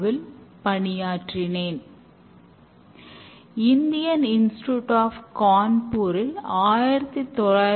அவற்றுள் முக்கியமானவை இரண்டு எக்ஸ்டிரிம் புரோகிரோமிங